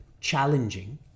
challenging